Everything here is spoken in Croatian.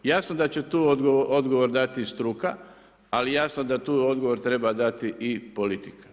Jasno da će tu odgovor daći struka, ali jasno da tu odgovor treba dati i politika.